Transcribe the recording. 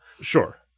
Sure